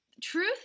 truth